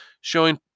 showing